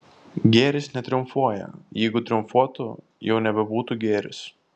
gėris netriumfuoja jeigu triumfuotų jau nebebūtų gėris